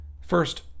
First